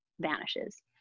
vanishes